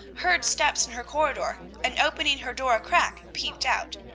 heard steps in her corridor, and, opening her door a crack, peeped out.